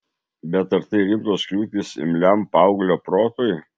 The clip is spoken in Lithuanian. bet ar tai rimtos kliūtys imliam paauglio protui